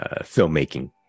filmmaking